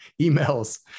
emails